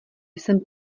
jsem